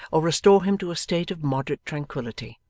or restore him to a state of moderate tranquillity.